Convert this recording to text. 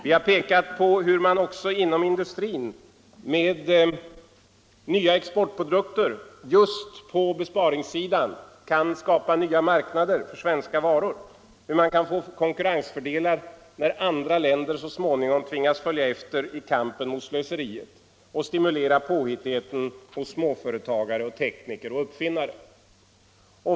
Vi har pekat på hur man även inom industrin med nya produkter just på besparingssidan kan skapa nya varor, hur man kan få konkreta fördelar när andra länder så småningom tvingas följa efter i kampen mot slöseriet och hur man kan stimulera påhittigheten hos småföretagare, tekniker och uppfinnare.